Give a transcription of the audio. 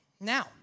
now